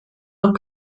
noch